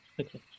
okay